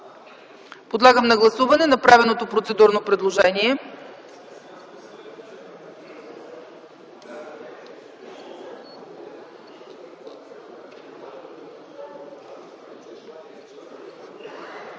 Подлагам на гласуване направеното процедурно предложение.